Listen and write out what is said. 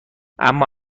اما